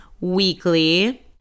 weekly